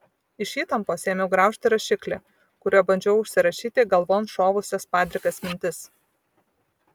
iš įtampos ėmiau graužti rašiklį kuriuo bandžiau užsirašyti galvon šovusias padrikas mintis